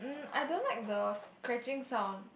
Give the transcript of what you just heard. mm I don't like the scratching sound